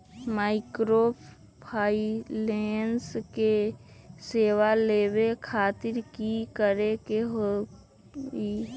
Microfinance के सेवा लेबे खातीर की करे के होई?